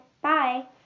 bye